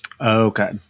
Okay